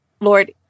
Lord